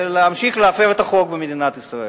להמשיך להפר את החוק במדינת ישראל.